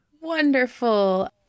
wonderful